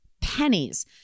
Pennies